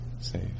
safe